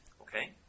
Okay